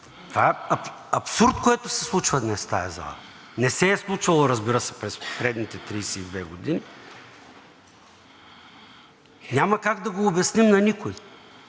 Това е абсурд, което се случва днес в тази зала, не се е случвало, разбира се, през предните 32 години. Няма как да го обясним на никого.